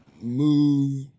move